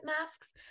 masks